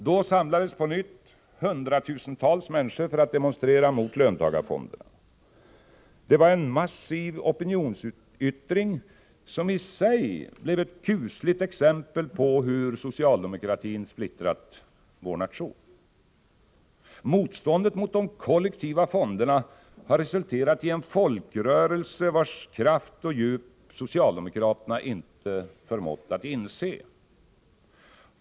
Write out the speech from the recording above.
Då samlades på nytt hundratusentals människor för att demonstrera mot löntagarfonderna. Det var en massiv opinionsyttring, som i sig blev ett kusligt exempel på hur socialdemokratin har splittrat vår nation. Motståndet mot de kollektiva fonderna har resulterat i en folkrörelse, vars kraft och djup socialdemokraterna inte har förmått inse.